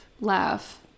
laugh